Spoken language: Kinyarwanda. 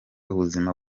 ubuzima